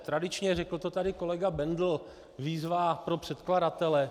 Tradičně, řekl to tady kolega Bendl, výzva pro předkladatele.